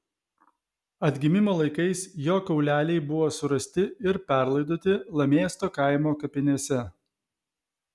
atgimimo laikais jo kauleliai buvo surasti ir perlaidoti lamėsto kaimo kapinėse